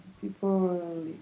people